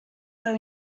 par